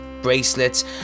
bracelets